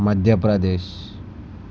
Madhya Pradesh